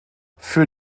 für